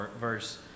verse